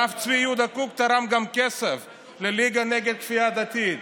הרב צבי יהודה קוק תרם גם כסף לליגה נגד הכפייה הדתית.